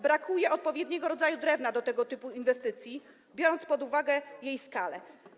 Brakuje odpowiedniego rodzaju drewna do tego typu inwestycji, biorąc pod uwagę jej skalę.